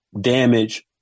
damage